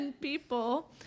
people